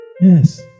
Yes